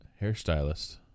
hairstylist